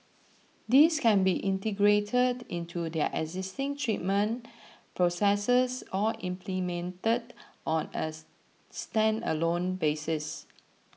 these can be integrated into their existing treatment processes or implemented on as standalone basis